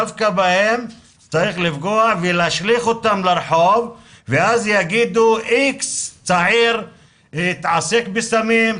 דווקא בהם צריך לפגוע ולהשליך אותם לרחוב ואז יגידו --- התעסק בסמים,